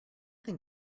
think